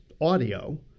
audio